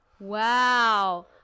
wow